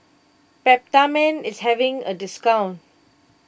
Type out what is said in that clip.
Peptamen is having a discount